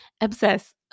obsess